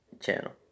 channel